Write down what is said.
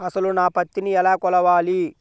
అసలు నా పత్తిని ఎలా కొలవాలి?